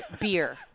beer